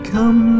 Come